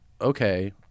okay